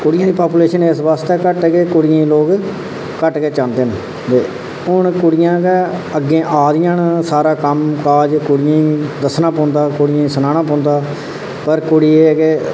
कुड़ियें दी पॉपुलेशन इस आस्तै घट्ट ऐ की कुड़ियें गी लोग घट्ट गै चाहंदे न ते हून कुड़ियां गै अग्गें आ दियां न सारा कम्म काज कुड़ियें गी गै दस्सना पौंदा कुड़ियें गी सनाना पौंदा पर कुड़ी एह् ऐ के